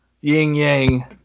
yin-yang